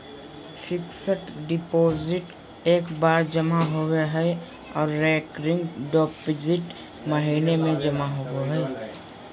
fixed deposit एक बार जमा होबो हय आर रेकरिंग डिपॉजिट महीने में जमा होबय हय